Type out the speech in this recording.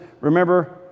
remember